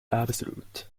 absolute